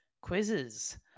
quizzes